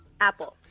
Apple